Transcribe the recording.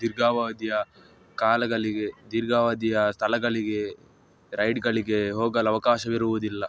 ದೀರ್ಘಾವಧಿಯ ಕಾಲಗಳಿಗೆ ದೀರ್ಘಾವಧಿಯ ಸ್ಥಳಗಳಿಗೆ ರೈಡ್ಗಳಿಗೆ ಹೋಗಲು ಅವಕಾಶವಿರುವುದಿಲ್ಲ